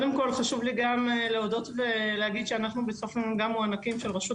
חשוב לי גם להודות ולהגיד שאנחנו גם מוענקים של רשות